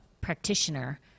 practitioner